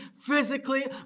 physically